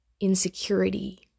insecurity